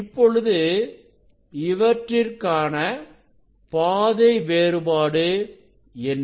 இப்பொழுது இவற்றிற்கான பாதை வேறுபாடு என்ன